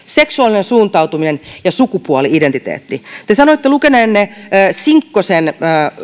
seksuaalinen suuntautuminen ja sukupuoli identiteetti te sanoitte lukeneenne sinkkosen